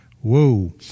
Whoa